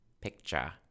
picture